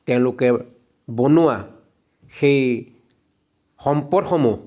তেওঁলোকে বনোৱা সেই সম্পদসমূহ